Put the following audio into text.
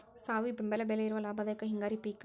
ಸಾವಿ ಬೆಂಬಲ ಬೆಲೆ ಇರುವ ಲಾಭದಾಯಕ ಹಿಂಗಾರಿ ಪಿಕ್